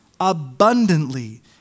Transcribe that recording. abundantly